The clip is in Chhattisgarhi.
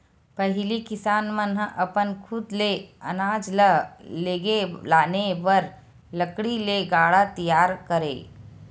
पहिली किसान मन ह अपन खुद ले अनाज ल लेगे लाने बर लकड़ी ले गाड़ा तियार करय